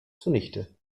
zunichte